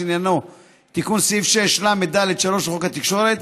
שעניינו תיקון סעיף 6לד3 לחוק התקשורת,